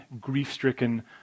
grief-stricken